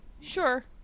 sure